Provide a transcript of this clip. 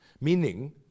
Meaning